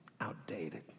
outdated